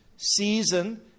season